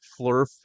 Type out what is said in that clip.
flurf